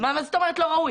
מה זאת אומרת "לא ראוי"?